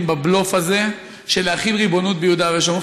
בבלוף הזה של להחיל ריבונות ביהודה ושומרון.